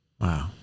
Wow